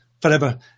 forever